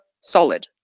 solid